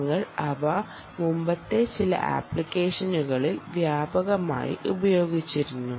ഞങ്ങൾ അവ മുമ്പത്തെ ചില ആപ്ലിക്കേഷനുകളിൽ വ്യാപകമായി ഉപയോഗിച്ചിരുന്നു